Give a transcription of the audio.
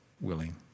willing